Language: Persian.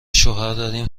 شوهرداریم